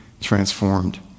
transformed